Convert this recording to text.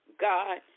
God